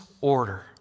order